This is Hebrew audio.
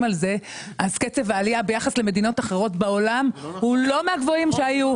קצב העלייה ביחס למדינות אחרות בעולם הוא לא מהגבוהים שהיו.